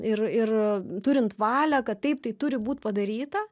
ir ir turint valią kad taip tai turi būt padaryta